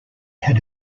had